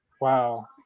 Wow